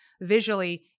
visually